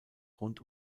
rund